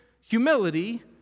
humility